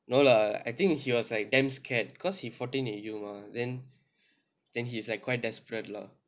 no lah I think he was like damn scared cause he fourteen already mah then then he is like quite desperate lah